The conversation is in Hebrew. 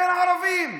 אין ערבים,